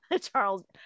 charles